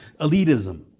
elitism